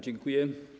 Dziękuję.